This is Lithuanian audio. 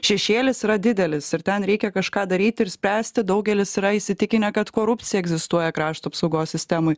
šešėlis yra didelis ir ten reikia kažką daryt ir spęsti daugelis yra įsitikinę kad korupcija egzistuoja krašto apsaugos sistemoj